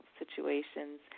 situations